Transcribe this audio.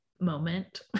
moment